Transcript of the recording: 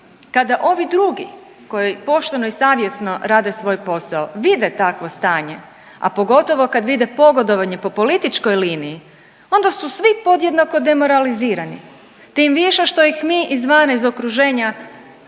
kada ovi drugi koji pošteno i savjesno rade svoj posao vide takvo stanje, a pogotovo kad vide pogodovanje po političkoj liniji onda su svi podjednako demoralizirani, tim više što ih mi izvana iz okruženja